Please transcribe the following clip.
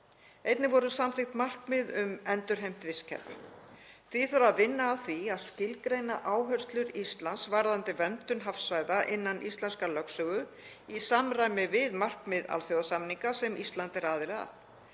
Einnig voru samþykkt markmið um endurheimt vistkerfa. Því þarf að vinna að því að skilgreina áherslur Íslands varðandi verndun hafsvæða innan íslenskrar lögsögu í samræmi við markmið alþjóðasamninga sem Ísland er aðili að.